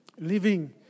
Living